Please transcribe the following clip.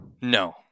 No